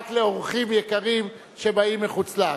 רק לאורחים יקרים שבאים מחוץ-לארץ.